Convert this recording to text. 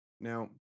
Now